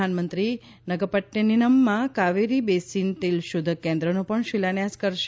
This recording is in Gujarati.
પ્રધાનમંત્રી નાગપટૃટિનમમાં કાવેરી બેસીન તેલશોધક કેન્દ્રનો પણ શિલાન્યાસ કરશે